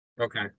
Okay